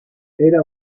era